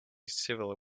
civil